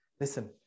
Listen